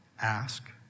ask